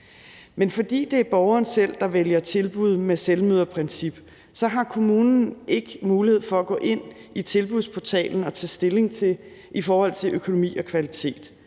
Men fordi det er borgeren selv, der vælger tilbud med selvmøderprincip, så har kommunen ikke mulighed for at gå ind i Tilbudsportalen og tage stilling til økonomi og kvalitet.